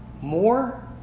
more